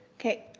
okay.